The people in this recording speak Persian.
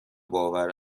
باور